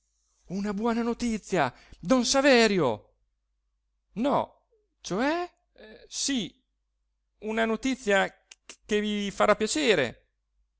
una buona notizia don saverio no cioè sì una notizia che vi farà piacere